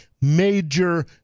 major